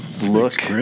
Look